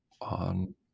on